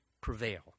prevail